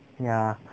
ya